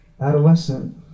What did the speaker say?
adolescent